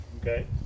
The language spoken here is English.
okay